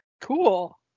Cool